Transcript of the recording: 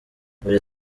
mbere